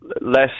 less